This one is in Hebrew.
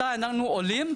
מתי שאנחנו עולים,